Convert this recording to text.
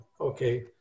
Okay